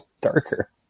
darker